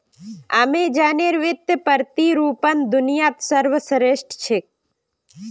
अमेज़नेर वित्तीय प्रतिरूपण दुनियात सर्वश्रेष्ठ छेक